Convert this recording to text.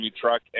truck